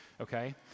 okay